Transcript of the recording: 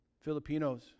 Filipinos